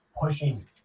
pushing